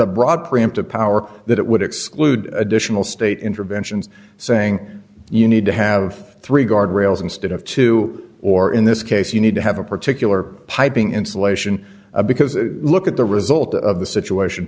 a broad preemptive power that it would exclude additional state interventions saying you need to have three guardrails instead of two or in this case you need to have a particular piping insulation because look at the result of the situation